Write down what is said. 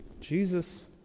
Jesus